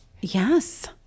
yes